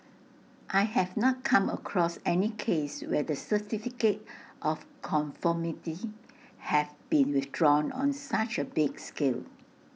I have not come across any case where the certificate of conformity have been withdrawn on such A big scale